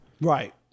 Right